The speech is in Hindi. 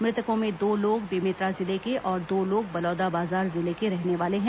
मृतकों में दो लोग बेमेतरा जिले के और दो लोग बलौदाबाजार जिले के रहने वाले हैं